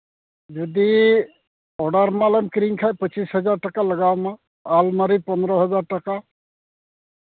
ᱡᱩᱫᱤ ᱚᱰᱟᱨ ᱢᱟᱞᱮᱢ ᱠᱤᱨᱤᱧ ᱠᱷᱟᱱ ᱯᱚᱸᱪᱤᱥ ᱦᱟᱡᱟᱨ ᱴᱟᱠᱟ ᱞᱟᱜᱟᱣᱢᱟ ᱟᱞᱢᱟᱨᱤ ᱯᱚᱱᱨᱚ ᱦᱟᱡᱟᱨ ᱴᱟᱠᱟ